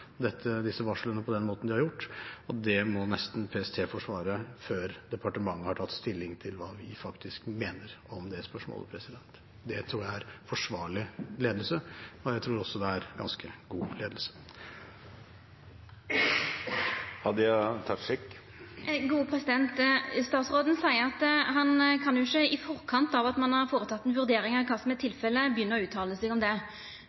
disse varslene på den måten de har gjort, og det må nesten PST forsvare før departementet har tatt stilling til hva vi faktisk mener om det spørsmålet. Det tror jeg er forsvarlig ledelse, og jeg tror også det er ganske god ledelse. Statsråden seier at han kan ikkje i forkant av at ein har føreteke ei vurdering av kva som er tilfellet, begynna å uttala seg om det.